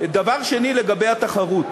דבר שני, לגבי התחרות.